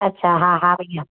अछा हा हा भैया